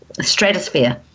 Stratosphere